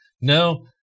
No